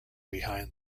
behind